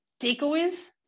Takeaways